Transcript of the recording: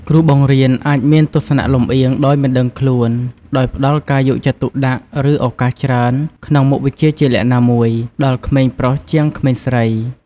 គ្រូបង្រៀនអាចមានទស្សនៈលំអៀងដោយមិនដឹងខ្លួន ដោយផ្ដល់ការយកចិត្តទុកដាក់ ឬឱកាសច្រើនក្នុងមុខវិជ្ជាជាក់លាក់ណាមួយ ដល់ក្មេងប្រុសជាងក្មេងស្រី។